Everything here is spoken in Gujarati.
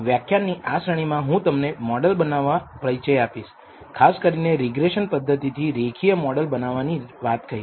વ્યાખ્યાનની આ શ્રેણીમાં હું તમને મોડલ બનાવવા પરિચય આપીશ ખાસ કરીને રીગ્રેસન પદ્ધતિથી રેખીય મોડલ બનાવવાની વાત કરીશ